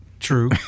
True